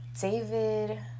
David